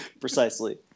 Precisely